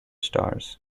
stars